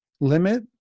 limit